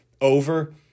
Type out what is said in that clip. over